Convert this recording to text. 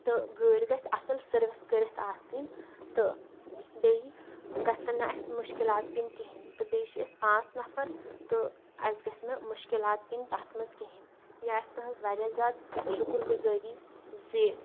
تہٕ گٲڑۍ گژھِ اَصٕل سٔرِوس کٔرِتھ آسٕنۍ تہٕ بیٚیہِ گژھن نہٕ اَسہِ مُشکِلات پیٚنۍ کِہیٖنۍ تہٕ بیٚیہِ چھِ أسۍ پانٛژھ نفر تہٕ اَسہِ گژھِ نہٕ مُشکلات یِنۍ تَتھ منٛز کِہیٖنۍ یہِ آسہِ تُہٕنٛز واریاہ زیادٕ شُکُرگُزٲری زِ